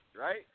right